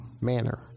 manner